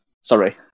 sorry